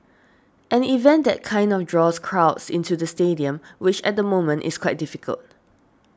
an event that kind draws crowds into the stadium which at the moment is quite difficult